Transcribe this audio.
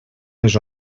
les